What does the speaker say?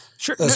Sure